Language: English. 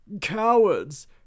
Cowards